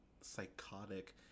psychotic